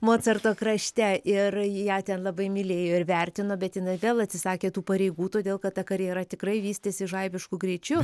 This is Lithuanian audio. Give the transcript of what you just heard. mocarto krašte ir ją ten labai mylėjo ir vertino bet jinai vėl atsisakė tų pareigų todėl kad ta karjera tikrai vystėsi žaibišku greičiu